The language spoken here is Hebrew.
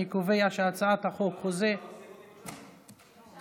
אני קובע שהצעת החוק חוזה, אפשר להוסיף אותי?